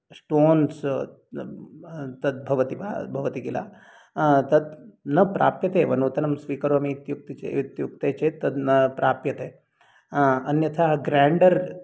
श्टोन्स् तद् भवति वा भवति किल तत् न प्राप्यते एव नूतनं स्वीकरोमि इत्युक्ते इत्युक्ते चेत् तत् न प्राप्यते अन्यथा ग्रेण्डर्